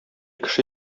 кеше